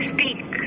Speak